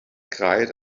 cried